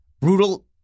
brutal